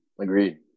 Agreed